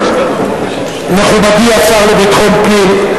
מכובדי השר לביטחון פנים,